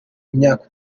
imyaka